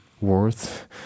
worth